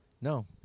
No